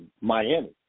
Miami